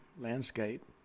landscape